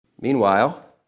Meanwhile